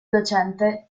docente